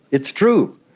it's true,